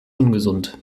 ungesund